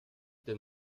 denn